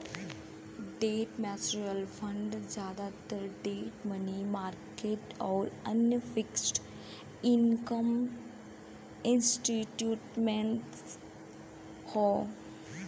debt mutual fund जादातर debt money market आउर अन्य फिक्स्ड इनकम इंस्ट्रूमेंट्स हौ